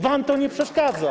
Wam to nie przeszkadza.